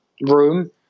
room